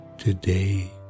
Today